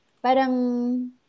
Parang